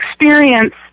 experience